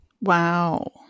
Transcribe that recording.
Wow